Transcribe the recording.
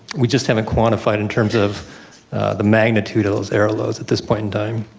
we just haven't quantified in terms of the magnitude of those air loads at this point in time.